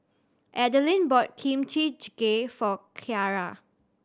Adelyn bought Kimchi Jjigae for Kyara